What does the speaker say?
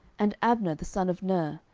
and abner the son of ner,